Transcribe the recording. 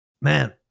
Man